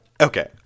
Okay